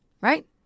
Right